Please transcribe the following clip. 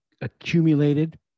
accumulated